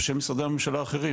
ושל משרדי הממשלה האחרים.